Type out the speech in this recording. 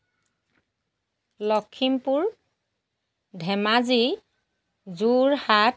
Lakhimpur Dhemaji Jorhat